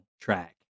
track